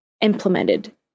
implemented